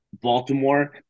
Baltimore